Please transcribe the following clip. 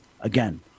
Again